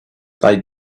they